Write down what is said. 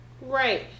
Right